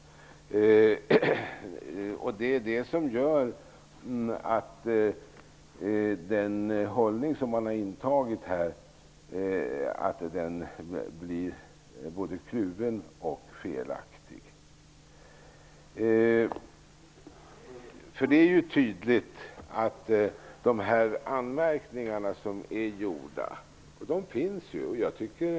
Den hållning som man har intagit blir både kluven och felaktig. Det är tydligt att det har gjorts anmärkningar.